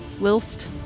whilst